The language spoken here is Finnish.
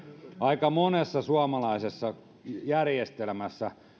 aika monessa suomalaisessa järjestelmässä